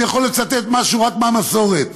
אני יכול לצטט משהו רק מהמסורת,